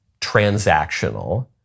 transactional